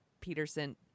Peterson